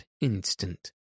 instant